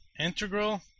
Integral